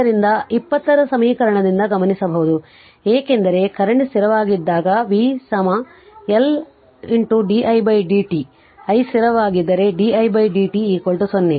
ಆದ್ದರಿಂದ 20 ರ ಸಮೀಕರಣದಿಂದ ಗಮನಿಸಬಹುದು ಏಕೆಂದರೆ ಕರೆಂಟ್ ಸ್ಥಿರವಾಗಿದ್ದಾಗ v L di dt i ಸ್ಥಿರವಾಗಿದ್ದರೆ di dt 0